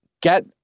get